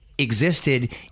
existed